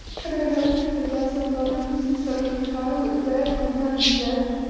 can i help it if, like some mother who sees her little child at play upon a mountain's edge,